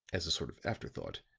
as a sort of afterthought,